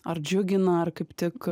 ar džiugina ar kaip tik